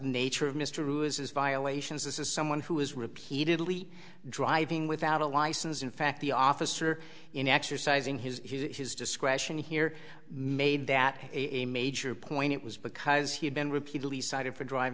nature of mr lewis is violations this is someone who is repeatedly driving without a license in fact the officer in exercising his discretion here made that a major point it was because he had been repeatedly cited for driving